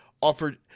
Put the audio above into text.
offered